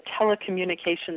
telecommunications